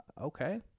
Okay